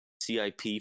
CIP